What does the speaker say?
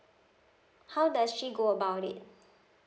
how does she go about it